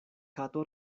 kato